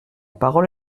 parole